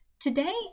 Today